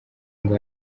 ngo